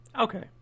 Okay